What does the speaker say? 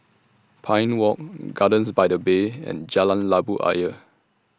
Pine Walk Gardens By The Bay and Jalan Labu Ayer